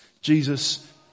Jesus